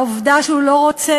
על העובדה שהוא לא רוצה,